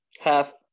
Half